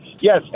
yes